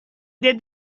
did